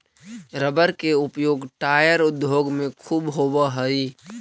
rubber के उपयोग tyre उद्योग में ख़ूब होवऽ हई